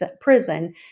prison